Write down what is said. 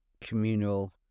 communal